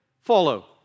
follow